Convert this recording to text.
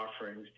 offerings